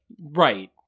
right